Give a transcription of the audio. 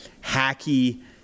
hacky